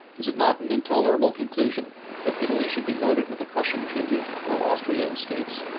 is it not an intolerable conclusion that italy should be loaded with a crushing tribute, while austria escapes?